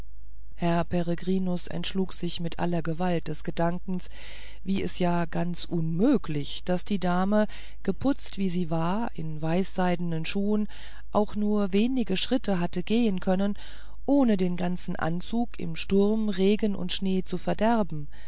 herr peregrinus entschlug sich mit aller gewalt des gedankens wie es ja ganz unmöglich daß die dame geputzt wie sie war in weißseidnen schuhen auch nur wenige schritte hatte gehen können ohne den ganzen anzug im sturm regen und schnee zu verderben